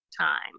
time